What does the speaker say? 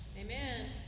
Amen